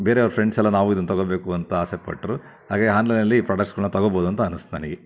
ಬೇರೆ ಅವರ ಫ್ರೆಂಡ್ಸ್ ಎಲ್ಲ ನಾವೂ ಇದನ್ನು ತಗೋಬೇಕು ಅಂತ ಆಸೆಪಟ್ಟರು ಹಾಗಾಗಿ ಆನ್ಲೈನಲ್ಲಿ ಪ್ರಾಡಕ್ಟ್ಸ್ಗಳನ್ನ ತಗೋಬೋದು ಅಂತ ಅನಿಸ್ತು ನನಗೆ